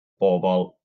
bobl